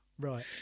right